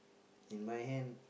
in my hand